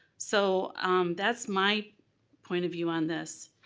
so that's my point of view on this.